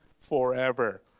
forever